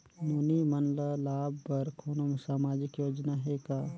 नोनी मन ल लाभ बर कोनो सामाजिक योजना हे का?